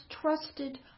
trusted